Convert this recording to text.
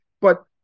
but-